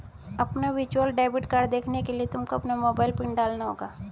अपना virtual debit card देखने के लिए तुमको अपना मोबाइल पिन डालना होगा